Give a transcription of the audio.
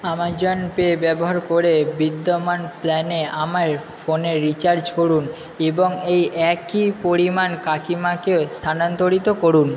Amazon Pay ব্যবহার করে বিদ্যমান প্ল্যানে আমার ফোনে রিচার্জ করুন এবং এই একই পরিমাণ কাকিমাকে স্থানান্তরিত করুন